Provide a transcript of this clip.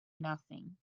nothing